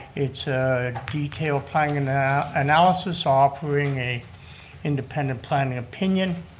it's a detailed planning and analysis, offering a independent planning opinion.